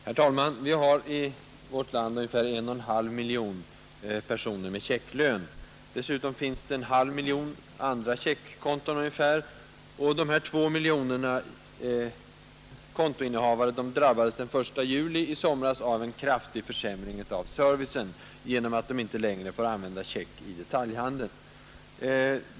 Herr talman! Ungefär en och en halv miljon människor i vårt land har checklön. Dessutom finns det ungefär en halv miljon andra checkkonton. Dessa två miljoner kontoinnehavare drabbades den 1 juli i somras av en kraftig försämring av servicen genom att de inte längre får betala med check i detaljhandeln.